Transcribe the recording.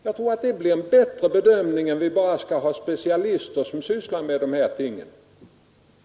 Jag tror det blir en bättre bedömning än om vi bara skall ha specialister som sysslar med dessa ting.